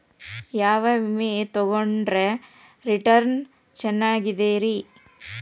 ಯಾವ ವಿಮೆ ತೊಗೊಂಡ್ರ ರಿಟರ್ನ್ ಚೆನ್ನಾಗಿದೆರಿ?